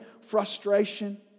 frustration